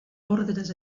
ordres